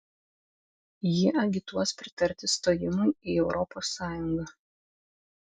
jie agituos pritarti stojimui į europos sąjungą